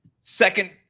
Second